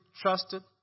trusted